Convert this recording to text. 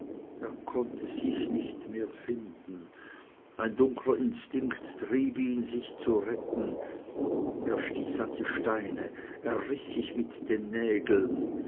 er konnte sich nicht mehr finden ein dunkler instinkt trieb ihn sich zu retten er stieß an die steine er riß sich mit den nägeln